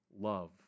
love